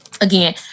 Again